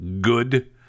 Good